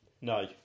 No